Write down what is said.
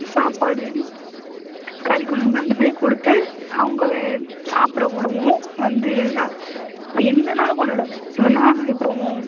சாப்பாடு கறி குலம்பு அந்த மாதிரி கொடுத்து அவங்கள சாப்பிட விடுவோம் வந்து எல்லா என்னென்னாலும் கொண்டாடுவோம் எப்பிடின்னா இப்போம்